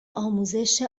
آموزش